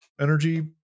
energy